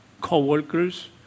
co-workers